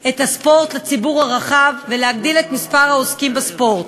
את הספורט לציבור הרחב ולהגדיל את מספר העוסקים בספורט.